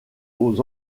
aux